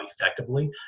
effectively